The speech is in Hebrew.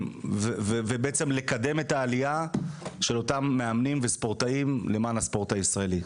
ובעצם לקדם את העלייה של אותם מאמנים וספורטאים למען הספורט הישראלי.